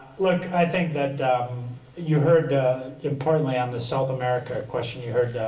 look, i think that you heard importantly on this south america question, you heard